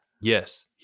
Yes